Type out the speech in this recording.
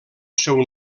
seu